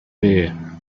there